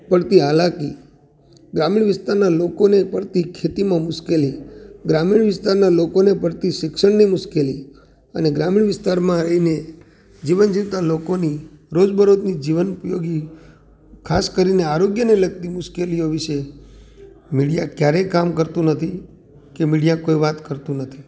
પડતી હાલાકી ગ્રામીણ વિસ્તારના લોકોને પડતી ખેતીમાં મુશ્કેલી ગ્રામીણ વિસ્તારના લોકોને પડતી શિક્ષણની મુશ્કેલી અને ગ્રામીણ વિસ્તારમાં રહીને જીવન જીવતા લોકોની રોજબરોજની જીવનયોગી ખાસ કરીને આરોગ્યને લગતી મુશ્કેલીઓ વિશે મીડિયા ક્યારે કામ કરતું નથી કે મીડિયા કોઈ વાત કરતું નથી